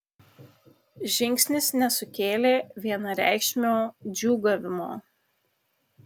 žingsnis nesukėlė vienareikšmio džiūgavimo